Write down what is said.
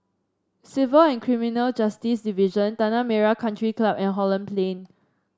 Civil and Criminal Justice Division Tanah Merah Country Club and Holland Plain